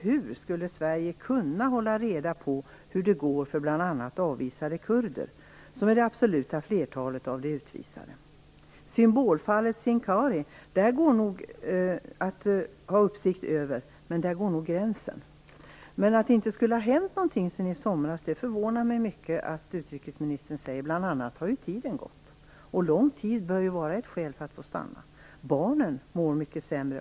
Hur skulle Sverige kunna hålla reda på hur det går för bl.a. avvisade kurder, som utgör det absoluta flertalet av de utvisade? Det går nog att ha uppsikt över symbolfallet Sincari, men där går nog gränsen. Att utrikesministern säger att det inte skulle ha hänt någonting sedan i somras förvånar mig mycket. Bl.a. har ju tiden gått. Lång tid bör vara ett skäl för att få stanna. Barnen mår mycket sämre.